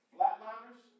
Flatliners